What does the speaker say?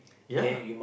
ya